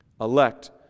elect